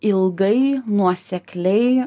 ilgai nuosekliai